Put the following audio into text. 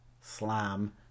Slam